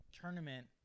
tournament